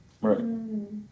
Right